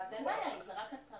אז אין בעיה, אם זה רק הצהרה.